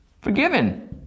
forgiven